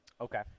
Okay